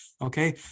okay